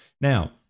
Now